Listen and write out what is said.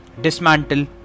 dismantle